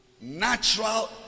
Natural